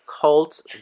cult